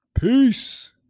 Peace